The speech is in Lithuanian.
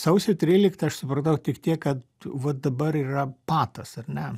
sausio tryliktą aš supratau tik tiek kad vat dabar yra patas ar ne